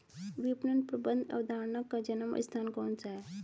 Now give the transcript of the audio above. विपणन प्रबंध अवधारणा का जन्म स्थान कौन सा है?